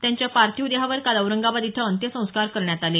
त्यांच्या पार्थिव देहावर काल औरंगाबाद इथं अंत्यसंस्कार करण्यात आले